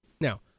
Now